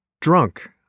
drunk